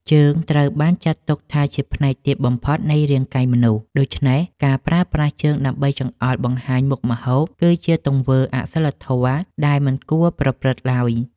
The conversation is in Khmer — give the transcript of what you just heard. ជើងត្រូវបានចាត់ទុកថាជាផ្នែកទាបបំផុតនៃរាងកាយមនុស្ស ដូច្នេះ ការប្រើប្រាស់ជើងដើម្បីចង្អុលបង្ហាញមុខម្ហូបគឺជាទង្វើអសីលធម៌ដែលមិនគួរប្រព្រឹត្តឡើយ។